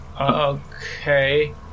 Okay